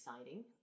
exciting